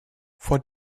vor